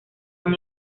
han